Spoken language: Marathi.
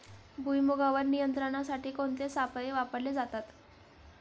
भुईमुगावर नियंत्रणासाठी कोणते सापळे वापरले जातात?